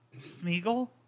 Smeagol